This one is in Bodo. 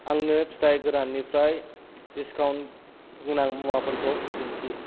आंनो फिथाइ गोराननिफ्राय डिसकाउन्ट गोनां मुवाफोरखौ दिन्थि